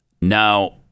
Now